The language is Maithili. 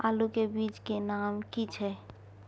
आलू के बीज के नाम की छै?